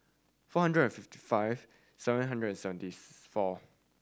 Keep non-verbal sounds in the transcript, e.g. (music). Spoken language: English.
four hundred and fifty five seven hundred and seventy (unintelligible) four